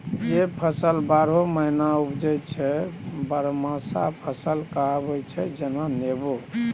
जे फसल बारहो महीना उपजै छै बरहमासा फसल कहाबै छै जेना नेबो